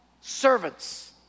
servants